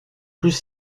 plus